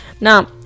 Now